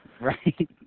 Right